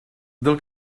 del